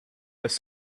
this